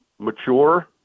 mature